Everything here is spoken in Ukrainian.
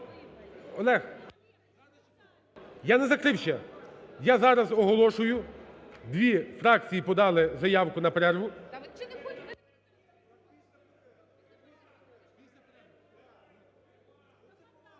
Олег, я не закрив ще. Я зараз оголошую, дві фракції подали заявку на перерву.